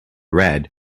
red